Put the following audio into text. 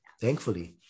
thankfully